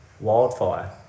wildfire